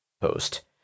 post